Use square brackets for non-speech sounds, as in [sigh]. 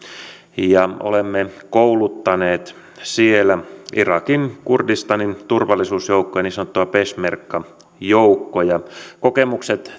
ja olemme kouluttaneet siellä irakin kurdistanin turvallisuusjoukkoja niin sanottuja peshmerga joukkoja kokemukset [unintelligible]